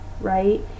right